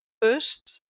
pushed